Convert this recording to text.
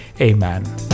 Amen